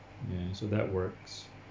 ya so that works